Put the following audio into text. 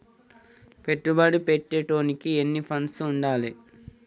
పెట్టుబడి పెట్టేటోనికి ఎన్ని ఫండ్స్ ఉండాలే?